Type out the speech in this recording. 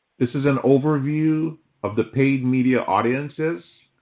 this is an overview of the paid media audiences.